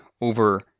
over